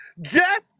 Jeff